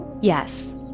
Yes